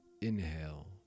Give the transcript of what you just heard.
Inhale